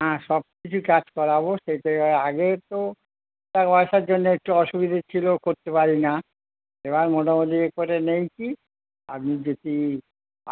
হ্যাঁ সব কিছুই কাজ করাবো সেই আগে তো ঠিকঠাক জন্য একটু অসুবিধে ছিলো করতে পারি না এবার মোটামুটি করে নিই কি আপনি যদি